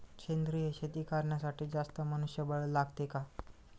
सेंद्रिय शेती करण्यासाठी जास्त मनुष्यबळ लागते का?